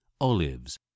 olives